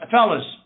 Fellas